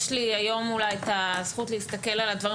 יש לי היום אולי את הזכות להסתכל על הדברים,